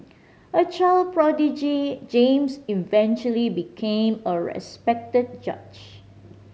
a child prodigy James eventually became a respected judge